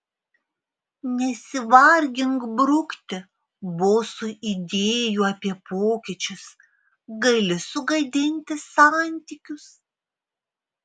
nesivargink brukti bosui idėjų apie pokyčius gali sugadinti santykius